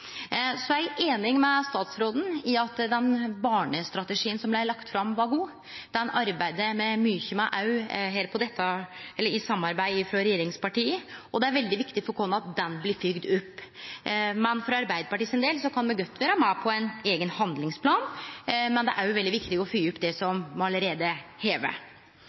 er også einig med statsråden i at den barnestrategien som blei lagd fram, var god. Den arbeider me mykje med, òg i samarbeid med regjeringspartia, og det er veldig viktig for oss at han blir fylgd opp. Men for Arbeiderpartiets del kan me godt vere med på ein eigen handlingsplan, men det er òg veldig viktig å fylgje opp det som me allereie